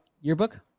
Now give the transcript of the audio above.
yearbook